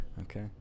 okay